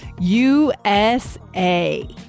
USA